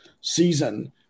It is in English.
season